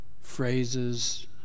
phrases